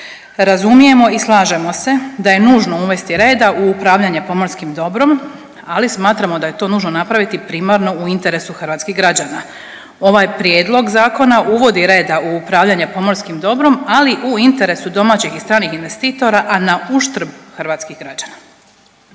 Razumijemo i slažemo se da je nužno uvesti reda u upravljanje pomorskim dobrom, ali smatramo da je to nužno napraviti primarno u interesu hrvatskih građana. Ovaj prijedlog zakona uvodi reda u upravljanje pomorskim dobrom, ali u interesu domaćih i stranih investitora, a na uštrb hrvatskih građana.